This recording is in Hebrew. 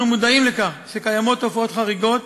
אנחנו מודעים לקיומן של תופעות חריגות